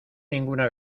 ninguna